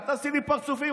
אל תעשי לי פרצופים,